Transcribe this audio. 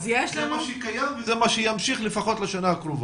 זה מה שקיים וזה מה שימשיך לפחות לשנה הקרובה.